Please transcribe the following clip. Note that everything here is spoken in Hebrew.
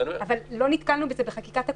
אבל לא נתקלנו בזה בחקיקת הקורונה,